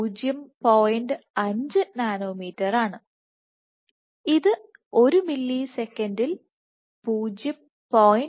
5 നാനോമീറ്ററാണ് ഇത് ഒരു മില്ലിസെക്കൻഡിൽ 0